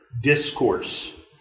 discourse